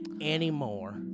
anymore